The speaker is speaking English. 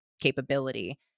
capability